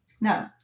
No